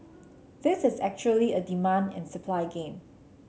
this is actually a demand and supply game